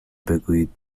بگویید